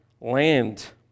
land